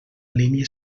línia